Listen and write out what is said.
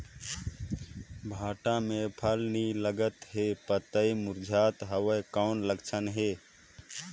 भांटा मे फल नी लागत हे पतई मुरझात हवय कौन लक्षण हे?